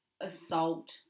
assault